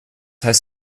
heißt